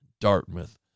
Dartmouth